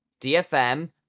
DFM